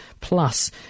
plus